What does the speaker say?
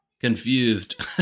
confused